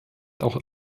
auch